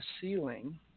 ceiling